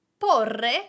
porre